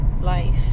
life